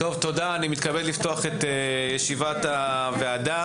אני מתכבד לפתוח את ישיבת הוועדה.